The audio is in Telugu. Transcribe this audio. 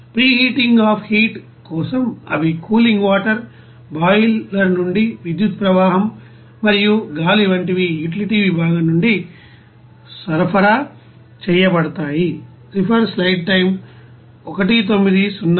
ప్రేహీటింగ్ అఫ్ హీట్ కోసం అవి కూలింగ్ వాటర్ బాయిలర్ నుండి విద్యుత్ ప్రవాహం వాయు గాలి వంటివి యుటిలిటీ విభాగం నుండి సరఫరా చేయబడతాయి